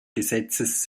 gesetzes